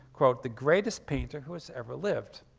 the greatest painter who has ever lived.